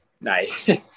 Nice